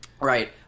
Right